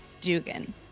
Dugan